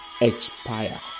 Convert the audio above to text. expire